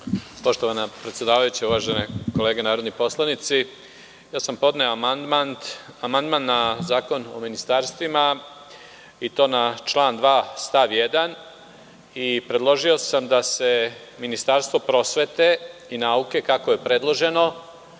Poštovana predsedavajuća, uvažene kolege narodni poslanici, podneo sam amandman na zakon o ministarstvima i to na član 2. stav 1. i predložio sam da se Ministarstvo prosvete i nauke, kako je predloženo,